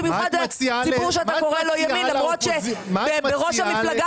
במיוחד לציבור שאתה קורא לו ימין למרות שבראש המפלגה